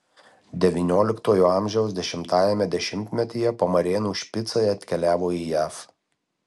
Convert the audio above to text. devynioliktojo amžiaus dešimtajame dešimtmetyje pamarėnų špicai atkeliavo į jav